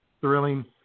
thrilling